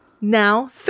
now